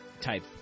type